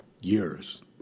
years